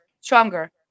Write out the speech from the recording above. stronger